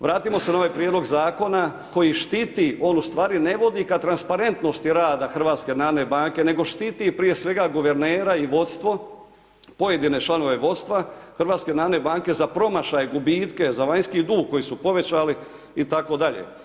Vratimo se na ovaj prijedlog zakona koji štiti, on u stvari ne vodi ka transparentnosti rada HNB-a nego štiti prije svega guvernera i vodstvo, pojedine članove vodstva HNB-a za promašaje, gubitke, za vanjski dug koji su povećali itd.